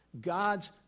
God's